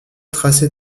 tracé